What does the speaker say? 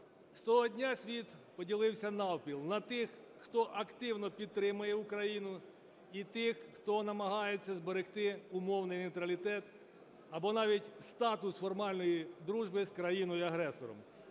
З того дня світ поділився навпіл: на тих, хто активно підтримує Україну, і тих, хто намагається зберегти умовний нейтралітет або навіть статус формальної дружби з країною-агресором.